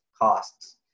costs